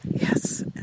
Yes